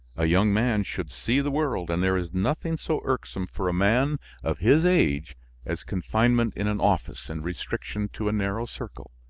a young man should see the world and there is nothing so irksome for a man of his age as confinement in an office and restriction to a narrow circle.